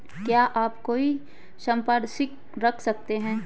क्या आप कोई संपार्श्विक रख सकते हैं?